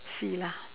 see lah